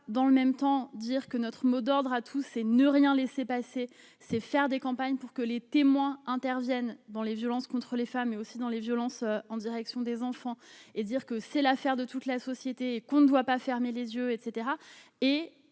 dans le même temps, dire que notre mot d'ordre à tous et ne rien laisser passer, c'est faire des campagnes pour que les témoins interviennent dans les violences contre les femmes, mais aussi dans les violences en direction des enfants et dire que c'est l'affaire de toute la société qu'on ne doit pas fermer les yeux et